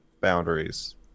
boundaries